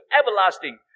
everlasting